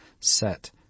set